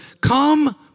come